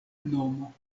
nomo